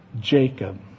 Jacob